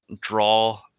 draw